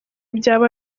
byaba